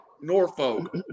Norfolk